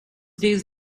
days